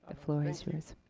the floor is yours.